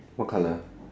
what colour